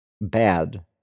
bad